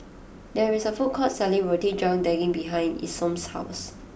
there is a food court selling Roti John Daging behind Isom's house